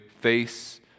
face